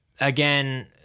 again